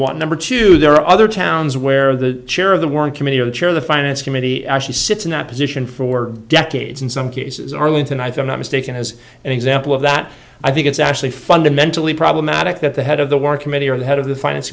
one number two there are other towns where the chair of the warren committee or chair the finance committee actually sits in that position for decades in some cases arlington i thought not mistaken as an example of that i think it's actually fundamentally problematic that the head of the work committee or the head of the finance